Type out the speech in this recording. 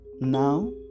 now